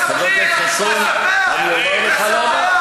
חבר הכנסת חסון, אני אומר לך למה.